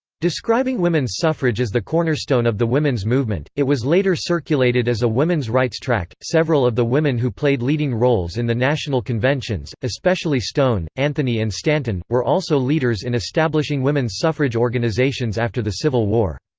describing women's suffrage as the cornerstone of the women's movement, it was later circulated as a women's rights tract several of the women who played leading roles in the national conventions, especially stone, anthony and stanton, were also leaders in establishing women's suffrage organizations after the civil war.